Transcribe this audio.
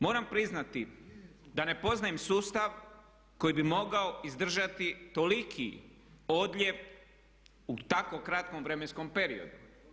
Moram priznati da ne poznajem sustav koji bi mogao izdržati toliki odljev u tako kratkom vremenskom periodu.